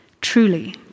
Truly